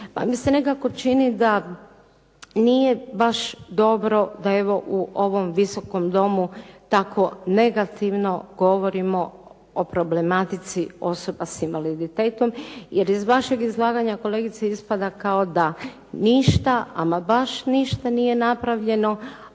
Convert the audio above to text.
mi se nekako čini da nije baš dobro da evo u ovom Visokom domu tako negativno govorimo o problematici osoba s invaliditetom, jer iz vašeg izlaganja kolegice ispada kao da ništa, ama baš ništa nije napravljeno,